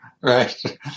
Right